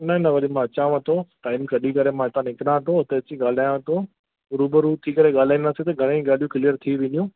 न न वरी मां अचांव थो टाईम कढी करे मां हितां निकिरां थो त हुते अची करे ॻाल्हायां थो रूबरू थी करे ॻाल्हाईंदासीं त घणेई ॻाल्हियूं क्लीयर थी वेंदियूं